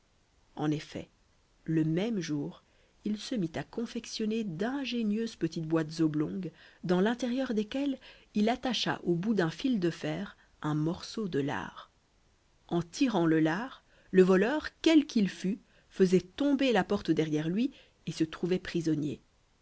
en effet le même jour il se mit à confectionner d'ingénieuses petites boîtes oblongues dans l'intérieur desquelles il attacha au bout d'un fil de fer un morceau de lard en tirant le lard le voleur quel qu'il fût faisait tomber la porte derrière lui et se trouvait prisonnier